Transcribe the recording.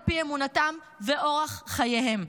על פי אמונתם ואורח חייהם.